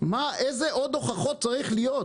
מה איזה עוד הוכחות צריך להיות,